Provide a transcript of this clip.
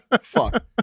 fuck